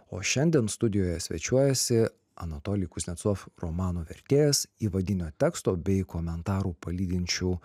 o šiandien studijoje svečiuojasi anatolij kuznecov romano vertėjas įvadinio teksto bei komentarų palydinčių